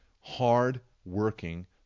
hard-working